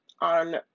on